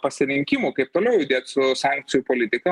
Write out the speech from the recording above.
pasirinkimų kaip toliau judėt su sankcijų politika